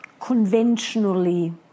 conventionally